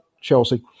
Chelsea